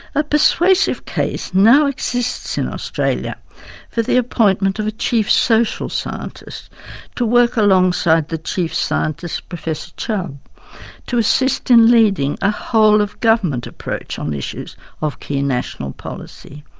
a persuasive case now exists in australia for the appointment of a chief social scientist to work alongside the chief scientist professor chubb to assist in leading a whole of government approach on issues of key national policy.